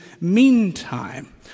meantime